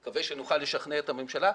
אני מקווה שנוכל לשכנע את הממשלה.